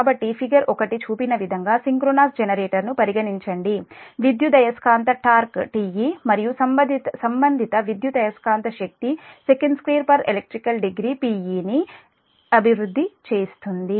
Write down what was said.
కాబట్టి ఫిగర్ 1 చూపిన విధంగా సింక్రోనస్ జెనరేటర్ను పరిగణించండి విద్యుదయస్కాంత టార్క్ Te మరియు సంబంధిత విద్యుదయస్కాంత శక్తి sec2 elect degree Pe ని అభివృద్ధి చేస్తుంది